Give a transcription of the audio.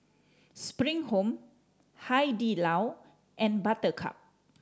Spring Home Hai Di Lao and Buttercup